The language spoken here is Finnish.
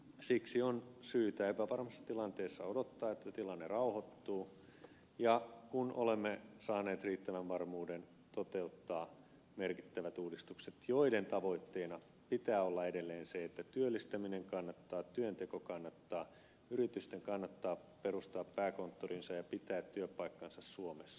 siksi on syytä epävarmassa tilanteessa odottaa että tilanne rauhoittuu ja kun olemme saaneet riittävän varmuuden toteuttaa merkittävät uudistukset joiden tavoitteena pitää olla edelleen se että työllistäminen kannattaa työnteko kannattaa yritysten kannattaa perustaa pääkonttorinsa ja pitää työpaikkansa suomessa